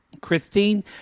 Christine